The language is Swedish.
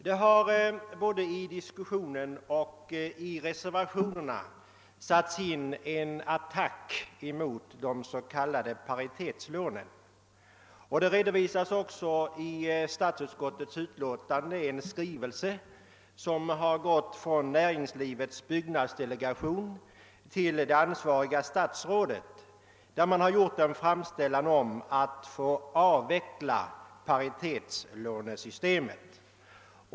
Det har både i diskussionen och i reservationerna satts in en attack mot de s.k. paritetslånen. I statsutskottets utlåtande redovisas också en skrivelse från Näringslivets byggnadsdelegation = till det ansvariga statsrådet, där man har gjort en framställning om avveckling av paritetslånesystemet.